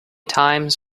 times